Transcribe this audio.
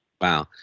Wow